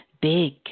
big